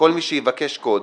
כל מי שיבקש קוד,